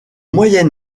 moyen